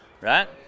Right